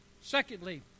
Secondly